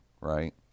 right